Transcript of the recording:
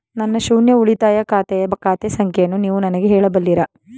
ನನ್ನ ಶೂನ್ಯ ಉಳಿತಾಯ ಖಾತೆಯ ಖಾತೆ ಸಂಖ್ಯೆಯನ್ನು ನೀವು ನನಗೆ ಹೇಳಬಲ್ಲಿರಾ?